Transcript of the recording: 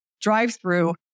drive-through